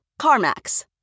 CarMax